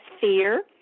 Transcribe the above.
fear